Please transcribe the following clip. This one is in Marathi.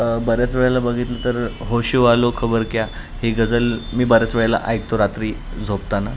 बऱ्याच वेळेला बघितलं तर होशवालो खबर क्या ही गझल मी बऱ्याच वेळेला ऐकतो रात्री झोपताना